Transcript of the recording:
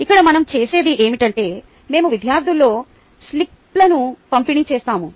ఇక్కడ మనం చేసేది ఏమిటంటే మేము విద్యార్థులలో స్లిప్లను పంపిణీ చేస్తాము